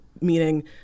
meaning